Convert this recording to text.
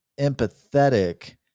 empathetic